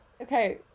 Okay